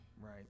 right